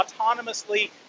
autonomously